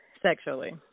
Sexually